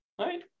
right